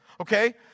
Okay